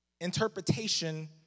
interpretation